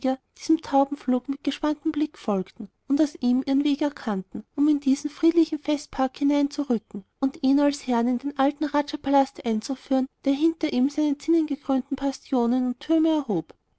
diesem taubenflug mit gespanntem blick folgten und aus ihm ihren weg erkannten um in diesen friedlichen festpark hineinzurücken und ihn als herrn in den alten rajapalast einzuführen der hinter ihm seine zinnengekrönten bastionen und türme erhob